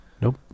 Nope